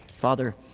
Father